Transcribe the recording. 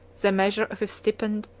the measure of his stipend,